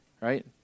right